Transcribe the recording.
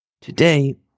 Today